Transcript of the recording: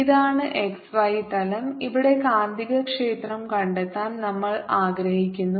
ഇതാണ് x y തലം ഇവിടെ കാന്തികക്ഷേത്രം കണ്ടെത്താൻ നമ്മൾ ആഗ്രഹിക്കുന്നു